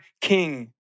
king